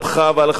אתה תמשיך לצחוק,